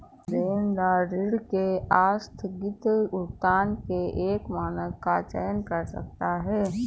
देनदार ऋण के आस्थगित भुगतान के एक मानक का चयन कर सकता है